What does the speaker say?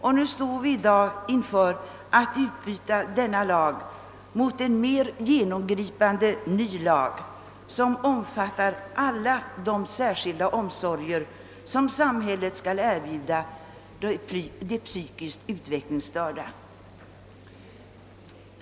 I dag står vi i begrepp ait utbyta denna mot en ny, mer genomgripande lag, som omfattar alla de särskilda omsorger som samhället skall erbjuda de psykiskt utvecklingsstörda.